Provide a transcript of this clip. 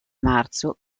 marzo